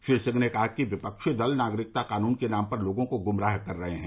श्री सिंह ने कहा कि विपक्षी दल नागरिकता क़ानून के नाम पर लोगों को गुमराह कर रहे हैं